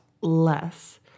less